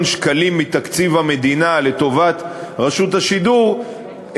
שקלים מתקציב המדינה לטובת רשות השידור,